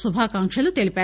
శుభాకాంక్షలు తెలిపారు